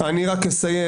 אני רק אסיים.